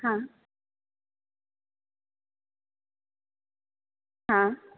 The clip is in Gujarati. હા હા